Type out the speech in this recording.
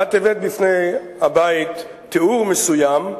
את הבאת בפני הבית תיאור מסוים,